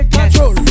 Control